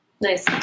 nice